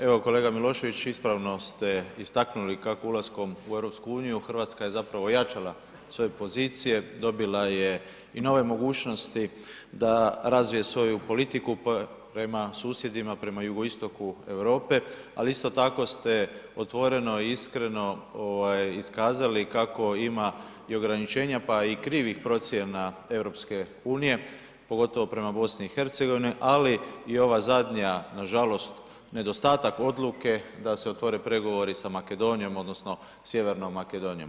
Evo kolega Milošević ispravno ste istaknuli kako ulaskom u EU Hrvatska je zapravo ojačala svoje pozicije, dobila je i nove mogućnosti da razvije svoju politiku prema susjedima, prema Jugoistoku Europe, ali isto tako ste otvoreno i iskreno iskazali kako ima i ograničenja pa i krivih procjena EU, pogotovo prema BiH, ali i ova zadnja nažalost nedostatak odluke da se otvore pregovori sa Makedonijom odnosno Sjevernom Makedonijom.